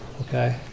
Okay